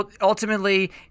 ultimately